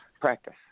practice